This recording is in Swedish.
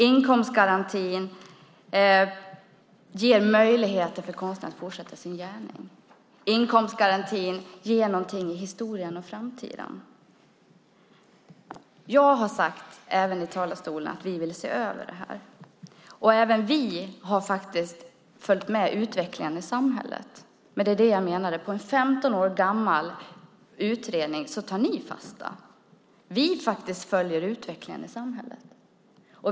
Inkomstgarantin ger möjligheter för konstnären att fortsätta sin gärning. Inkomstgarantin ger någonting i historien och framtiden. Jag har sagt, även i talarstolen, att vi vill se över det här. Även vi har följt med utvecklingen i samhället. Det var det jag menade. Ni tar fasta på en 15 år gammal utredning. Vi följer utvecklingen i samhället.